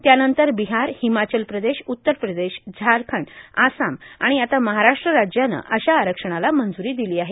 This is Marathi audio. त्यानंतर बिहार हिमाचल प्रदेश उत्तर प्रदेश झारखंड आसाम आणि आता महाराष्ट्र राज्यानं अशा आरक्षणाला मंजूरी दिली आहे